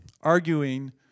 arguing